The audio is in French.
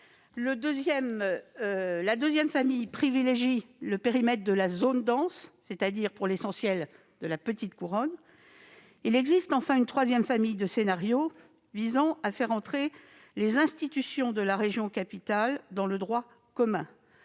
Le deuxième privilégie le périmètre de la zone dense, c'est-à-dire pour l'essentiel de la petite couronne. Il existe enfin une troisième famille de scénarios, qui tous consistent à faire entrer les institutions de la région capitale dans le droit commun,